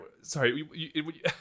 Sorry